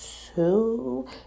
two